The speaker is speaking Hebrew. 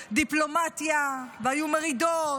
הייתה דיפלומטיה והיו מרידות